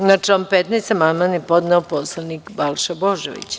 Na član 15. amandman je podneo narodni poslanik Balša Božović.